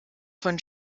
von